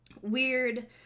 Weird